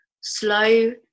Slow